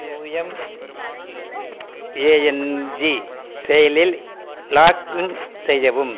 UMANG செயலியில் login செய்யவும்